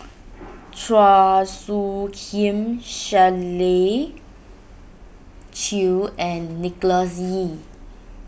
Chua Soo Khim Shirley Chew and Nicholas Ee